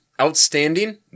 Outstanding